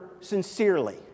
sincerely